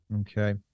Okay